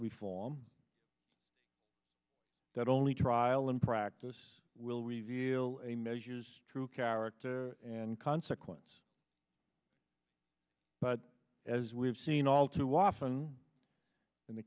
we form that only trial and practice will reveal a measure is true character and consequence but as we have seen all too often in the